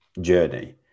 journey